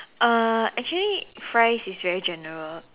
uh actually fries is very general